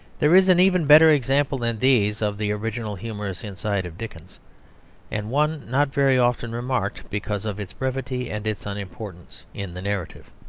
there is an even better example than these of the original humorous insight of dickens and one not very often remarked, because of its brevity and its unimportance in the narrative.